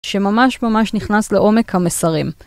שממש ממש נכנס לעומק המסרים.